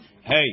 Hey